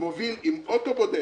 מוביל עם אוטו בודד,